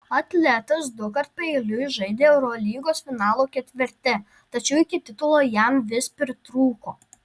atletas dukart paeiliui žaidė eurolygos finalo ketverte tačiau iki titulo jam vis pritrūko